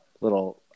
little